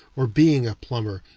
or being a plumber,